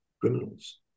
criminals